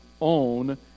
own